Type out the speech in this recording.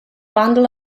bundle